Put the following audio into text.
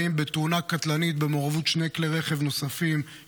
בתאונה קטלנית במעורבות שני כלי רכב נוספים,